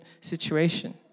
situation